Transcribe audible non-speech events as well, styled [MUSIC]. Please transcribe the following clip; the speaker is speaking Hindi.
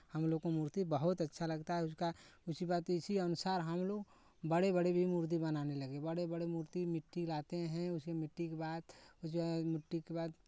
हमलोग को मूर्ती बहुत अच्छा लगता है उसका [UNINTELLIGIBLE] इसी अनुसार हमलोग बड़े बड़े भी मूर्ती बनाने लगे बड़े बड़े मूर्ती मिट्टी लाते हैं उसके मिट्टी के बाद उसके मिट्टी के बाद